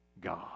God